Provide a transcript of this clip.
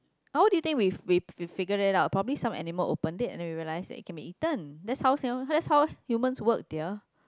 how do you think we we we figured it out probably some animal opened it and then we realised it could be eaten that's how Singapore that's how humans work dear